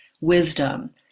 wisdom